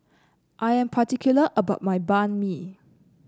I'm particular about my Banh Mi